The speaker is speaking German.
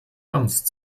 ernst